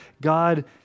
God